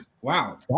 Wow